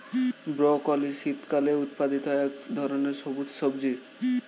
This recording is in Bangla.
ব্রকলি শীতকালে উৎপাদিত এক ধরনের সবুজ সবজি